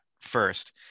first